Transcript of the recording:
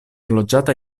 loĝata